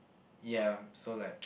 ya so like